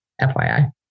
FYI